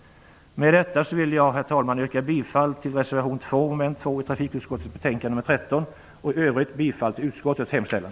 Med detta, herr talman, yrkar jag bifall till reservation nr 2 i trafikutskottets betänkande nr 13 samt i övrigt till utskottets hemställan.